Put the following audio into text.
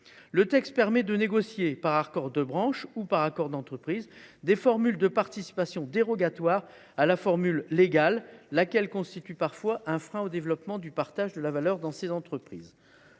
Ce texte permet de négocier, par accord de branche ou par accord d’entreprise, des formules de participation dérogatoires à la formule légale, laquelle constitue parfois un frein au développement du partage de la valeur dans ces entreprises.